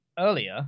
earlier